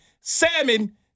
salmon